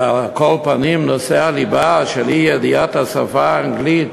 ועל כל פנים, נושא הליבה, אי-ידיעת השפה האנגלית